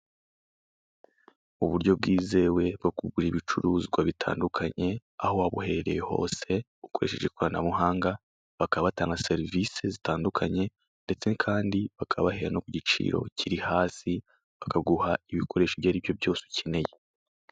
Uburyo bwizewe bwo kugura ibicuruzwa bitandukanye, aho waba uherereye hose, ukoresheje ikoranabuhanga, bakaba batanga serivise zitandukanye, ndetse kandi bakabahera no ku giciro kiri hasi, bakaguha ibikoresho ibyo ari byo byose ukeneye.